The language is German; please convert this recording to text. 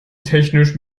technisch